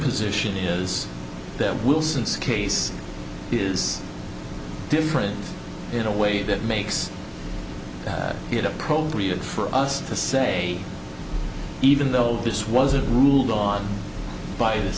position is that wilson's case is different in a way that makes it appropriate for us to say even though this wasn't ruled on by the